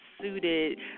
suited